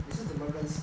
你是怎么认识